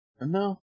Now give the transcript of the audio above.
no